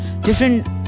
different